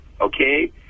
okay